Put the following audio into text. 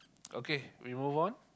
okay we move on